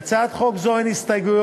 להצעת חוק זו אין הסתייגויות,